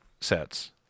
sets